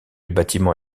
bâtiment